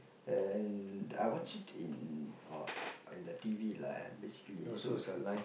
and I watched it in uh in the T_V lah basically so